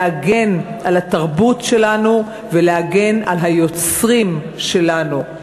להגן על התרבות שלנו ולהגן על היוצרים שלנו.